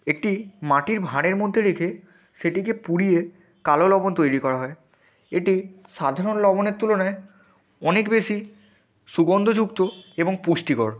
একটি মাটির ভাঁড়ের মধ্যে রেখে সেটিকে পুড়িয়ে কালো লবণ তৈরি করা হয় এটি সাধারণ লবণের তুলনায় অনেক বেশি সুগন্দযুক্ত এবং পুষ্টিকর